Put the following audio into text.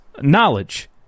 knowledge